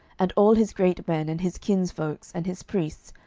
and all his great men, and his kinsfolks, and his priests,